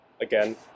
again